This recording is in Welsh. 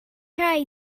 rai